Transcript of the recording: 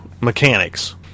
mechanics